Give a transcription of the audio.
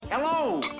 Hello